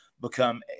become